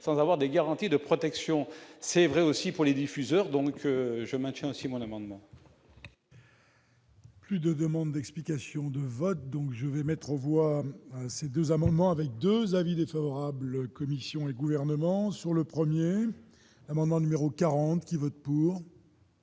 sans avoir des garanties de protection c'est vrai aussi pour les diffuseurs, donc je maintiens, c'est mon amendement. Plus de demandes d'explications de vote, donc je vais mettre aux voix, ces 2 amendements avec 2 avis défavorables commission et gouvernement sur le 1er amendement numéro 40 qui vote pour.